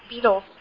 Beatles